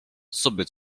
sobie